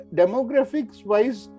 demographics-wise